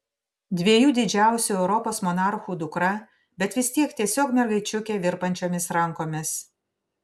dviejų didžiausių europos monarchų dukra bet vis tiek tiesiog mergaičiukė virpančiomis rankomis